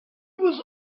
was